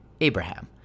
Abraham